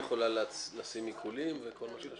היא יכולה לשים עיקולים וכל מה שקשור?